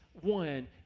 one